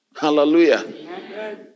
Hallelujah